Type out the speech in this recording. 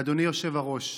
אדוני היושב-ראש,